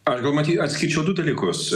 aš gal maty atskirčiau du dalykus